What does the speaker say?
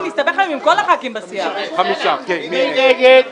מי נגד?